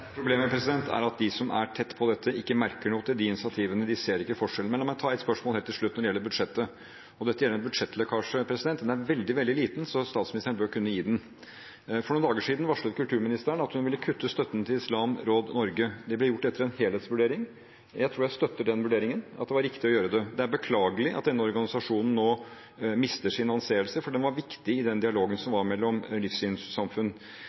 Problemet er at de som er tett på dette, ikke merker noe til de initiativene, de ser ingen forskjell. Men la meg ta et spørsmål helt til slutt, når det gjelder budsjettet. Dette gjelder en budsjettlekkasje, men den er veldig, veldig liten, så statsministeren bør kunne gi den. For noen dager siden varslet kulturministeren at hun ville kutte støtten til Islamsk Råd Norge. Det ble gjort etter en helhetsvurdering. Jeg tror jeg støtter den vurderingen, at det var riktig å gjøre det. Det er beklagelig at denne organisasjonen nå mister sin anseelse, for den var viktig i den dialogen som var mellom livssynssamfunn.